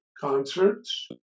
concerts